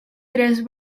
tres